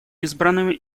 избранными